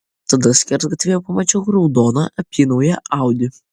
tada skersgatvyje pamačiau raudoną apynauję audi